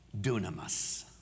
dunamis